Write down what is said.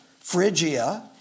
Phrygia